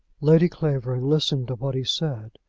lady clavering listened to what he said,